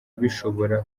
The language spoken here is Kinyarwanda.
bishobora